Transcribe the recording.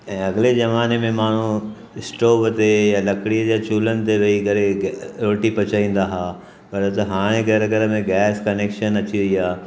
ऐं अॻिले ज़माने में माण्हू स्टोव ते या लकड़ीअ जे चुल्हनि ते वेई करे रोटी पचाईंदा हा पर त हाणे घर घर में गैस कनेक्शन अची वई आहे